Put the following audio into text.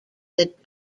that